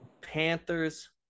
Panthers